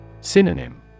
Synonym